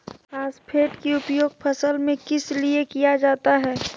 Phosphate की उपयोग फसल में किस लिए किया जाता है?